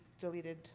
deleted